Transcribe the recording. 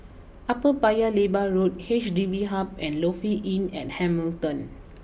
Upper Paya Lebar Road H D B Hub and Lofi Inn at Hamilton